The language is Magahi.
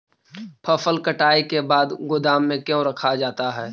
फसल कटाई के बाद गोदाम में क्यों रखा जाता है?